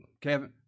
Kevin